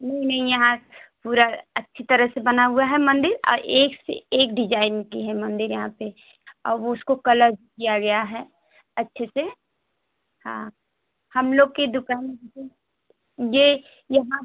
नहीं नहीं यहाँ पूरा अच्छी तरह से बना हुआ है मंदिर और एक से एक डिजाइन की हैं मंदिर यहाँ पर अब उसको कलर किया गया है अच्छे से हाँ हम लोग की दुकान यह यहाँ